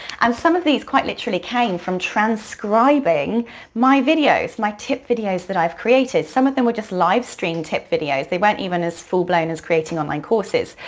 um some of these quite literally came from transcribing my videos, my tip videos that i created. some of them were just live stream tip videos. they weren't even as full-blown as creating online courses.